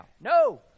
No